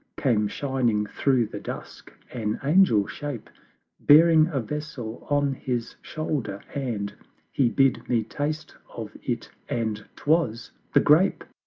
came shining through the dusk an angel shape bearing a vessel on his shoulder and he bid me taste of it and twas the grape!